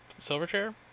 Silverchair